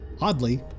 Oddly